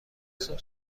صبح